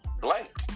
blank